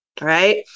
Right